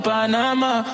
Panama